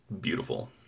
beautiful